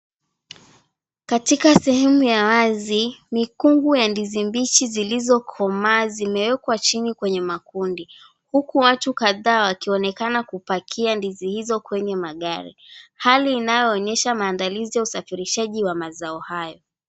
Katika sehemu ya wazi mikungu ya ndizi mbichi zilizokomaa zimewekwa chini kwenye makundi huku watu kadhaa wakionekana kupakia ndizi hizo kwenye magari hali inayoonyesha maandalizi ya usafirishaji wa mazao hayo.